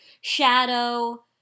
shadow